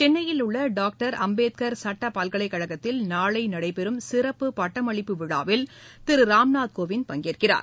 சென்னையில் உள்ளடாக்டர் அம்பேத்கார் சட்டபல்கலைக்கழகத்தில் நாளைநடைபெறும் சிறப்பு பட்டமளிப்பு விழாவில் திருராம்நாத் கோவிந்த் பங்கேற்கிறார்